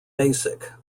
basic